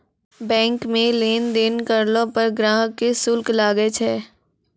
bank मे लेन देन करलो पर ग्राहक के शुल्क लागै छै